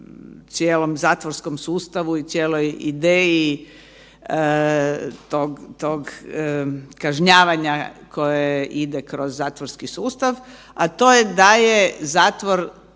cijelom zatvorskom sustavu i cijeloj ideji tog kažnjavanja koje ide kroz zatvorski sustav, a to je da zatvor